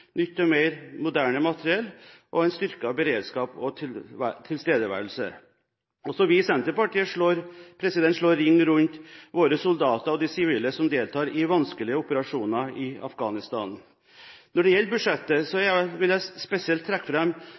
nytt og mer moderne materiell og en styrket beredskap og tilstedeværelse. Også vi i Senterpartiet slår ring rundt våre soldater og de sivile som deltar i vanskelige operasjoner i Afghanistan. Når det gjelder budsjettet, vil jeg spesielt trekke